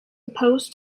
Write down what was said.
opposed